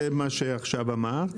זה מה שעכשיו אמרת, כן.